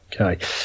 Okay